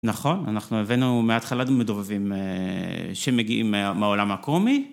נכון, אנחנו הבאנו מההתחלה מדובבים שמגיעים מהעולם הקומי.